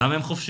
למה הם חופשיים?